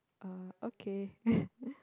uh okay